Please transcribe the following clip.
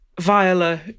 Viola